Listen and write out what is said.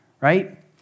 right